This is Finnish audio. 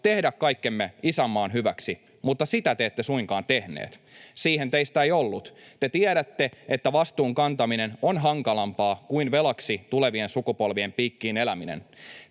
tehdä kaikkenne isänmaan hyväksi, mutta sitä te ette suinkaan tehneet. Siihen teistä ei ollut. Te tiedätte, että vastuun kantaminen on hankalampaa kuin velaksi tulevien sukupolvien piikkiin eläminen.